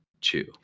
chew